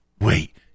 Wait